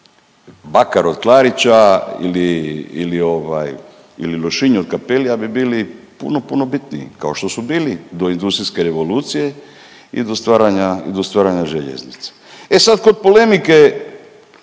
Bakar od Klarića ili ovaj, ili Lošinj od Cappellija bi bili puno, puno bitniji, kao što su bili do industrijske revolucije i do stvaranja željeznice. E sad, kod polemike